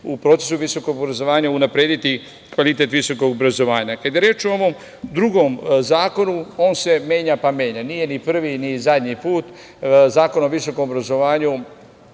u procesu visokog obrazovanja unaprediti kvalitet visokog obrazovanja. Kada je reč o ovom drugom zakonu, on se menja pa menja, nije ni prvi ni poslednji put. Zakon o visokom obrazovanju